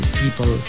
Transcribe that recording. people